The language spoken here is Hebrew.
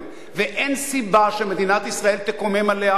ואין סיבה שמדינת ישראל תקומם עליה את